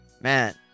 man